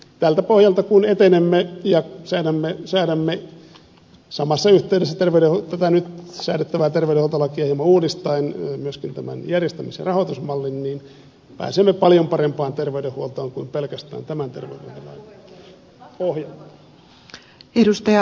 tältä pohjalta kun etenemme ja säädämme samassa yhteydessä tätä nyt säädettävää terveydenhuoltolakia hieman uudistaen myöskin tämän järjestämis ja rahoitusmallin pääsemme paljon parempaan terveydenhuoltoon kuin pelkästään tämän terveydenhuoltolain pohjalta